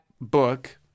book